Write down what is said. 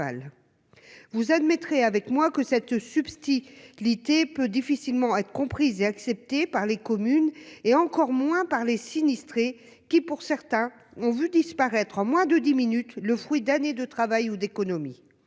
moi, madame la ministre, que cette subtilité peut difficilement être comprise et acceptée par les communes, et encore moins par les sinistrés, dont certains ont vu disparaître en moins de dix minutes le fruit d'années de travail ou d'économies.